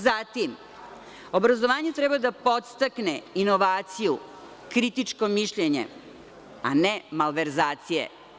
Zatim, obrazovanje treba da podstakne inovaciju, kritičko mišljenje, a ne malverzacije.